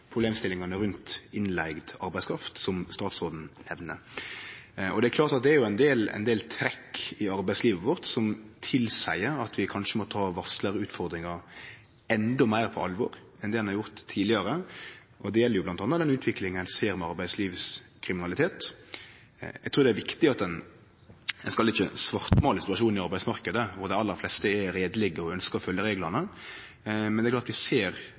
problemstillingane rundt innleigd arbeidskraft, som statsråden nemnde. Det er klart at det er ein del trekk ved arbeidslivet vårt som tilseier at vi kanskje må ta varslarutfordringa endå meir på alvor enn det ein har gjort tidlegare. Det gjeld bl.a. den utviklinga ein ser når det gjeld arbeidslivskriminalitet. Eg trur det er viktig at ein ikkje svartmålar situasjonen i arbeidsmarknaden, for dei aller fleste er heiderlege og ønskjer å følgje reglane, men det er klart at vi ser